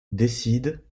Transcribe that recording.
décide